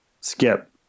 Skip